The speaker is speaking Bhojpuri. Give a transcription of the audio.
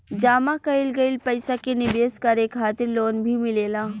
जामा कईल गईल पईसा के निवेश करे खातिर लोन भी मिलेला